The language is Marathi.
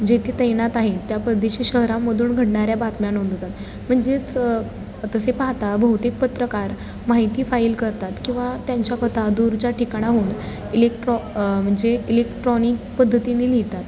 जेथे तैनात आहेत त्या परदेशी शहरामधून घडणाऱ्या बातम्या नोंदवतात म्हणजेच तसे पाहता बहुतेक पत्रकार माहिती फाईल करतात किंवा त्यांच्या कथा दूरच्या ठिकाणाहून इलेक्ट्रॉ म्हणजे इलेक्ट्रॉनिक पद्धतीने लिहितात